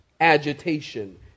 Agitation